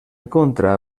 contra